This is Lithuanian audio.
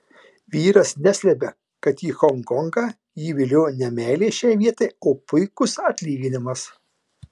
vyras neslepia kad į honkongą jį vilioja ne meilė šiai vietai o puikus atlyginimas